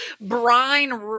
brine